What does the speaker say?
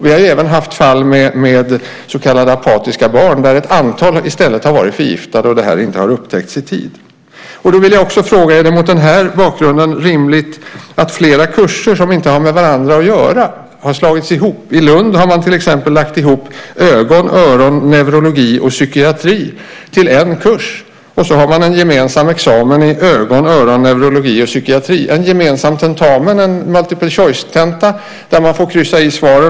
Vi har ju även haft fall med så kallade apatiska barn där ett antal i stället har varit förgiftade och det inte har upptäckts i tid. Jag vill också fråga: Är det mot den här bakgrunden rimligt att flera kurser som inte har med varandra att göra har slagits ihop? I Lund har man till exempel lagt ihop ögon, öron, neurologi och psykiatri till en kurs. Sedan har man en gemensam examen i ögon, öron, neurologi och psykiatri. Man har en gemensam tentamen, en multiple choice tenta, där man får kryssa i svaren.